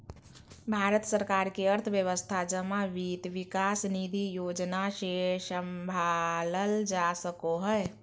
भारत सरकार के अर्थव्यवस्था जमा वित्त विकास निधि योजना से सम्भालल जा सको हय